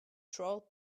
troll